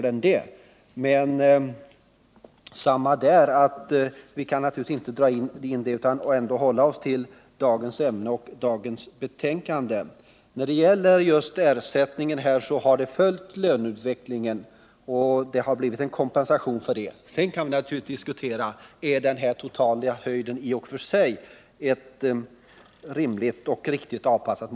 Här gäller samma regler; vi kan naturligtvis inte dra in båda dessa stora frågor utan måste hålla oss till dagens ämne och till det betänkande vi behandlar här i dag. När det gäller just ersättningen kan sägas att denna har följt löneutvecklingen, och det har blivit en kompensation för denna. Sedan kan man ställa frågan om den totala höjden i och för sig är rimligt avpassad.